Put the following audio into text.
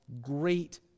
great